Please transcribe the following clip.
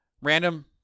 Random